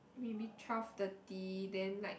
maybe twelve thirty then like